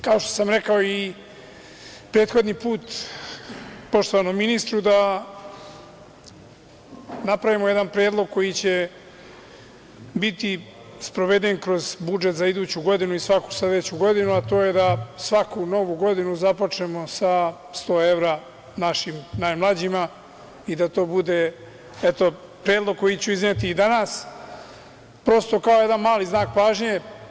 Kao što sam rekao prethodni put poštovanom ministru da napravimo jedan predlog koji će biti sproveden kroz budžet za iduću godinu i svaku sledeću godinu, a to je da svaku novu godinu započnemo sa 100 evra našim najmlađima i to će biti predlog koji ću izneti i danas prosto kao jedan mali znak pažnje.